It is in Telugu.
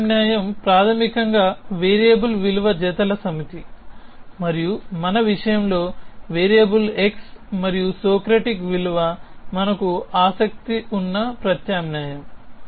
ప్రత్యామ్నాయం ప్రాథమికంగా వేరియబుల్ విలువ జతల సమితి మరియు మన విషయంలో వేరియబుల్ x మరియు సోక్రటిక్ విలువ మనకు ఆసక్తి ఉన్న ప్రత్యామ్నాయం